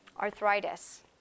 Arthritis